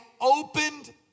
opened